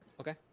Okay